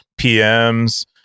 PMs